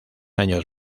años